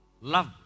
Love